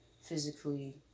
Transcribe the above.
physically